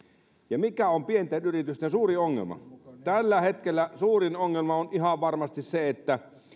ja mikä on pienten yritysten suurin ongelma tällä hetkellä suurin ongelma on ihan varmasti se että